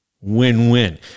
Win-win